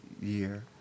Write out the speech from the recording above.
year